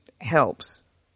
helps